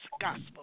gospel